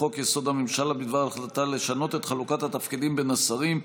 לחוק-יסוד: הממשלה בדבר החלטה לשנות את חלוקת התפקידים בין השרים,